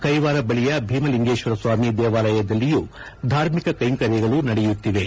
ಕೈವಾರ ಬಳಿಯ ಭೀಮಲಿಂಗೇಶ್ವರಸ್ವಾಮಿ ದೇವಾಲಯದಲ್ಲಿಯೂ ಧಾರ್ಮಿಕ ಕೈಂಕರ್ಯಗಳು ನಡೆಯುತ್ತಿವೆ